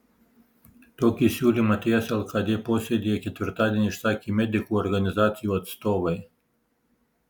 tokį siūlymą ts lkd posėdyje ketvirtadienį išsakė medikų organizacijų atstovai